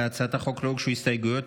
להצעת החוק לא הוגשו הסתייגויות,